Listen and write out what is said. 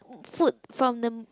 food from the